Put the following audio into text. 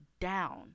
down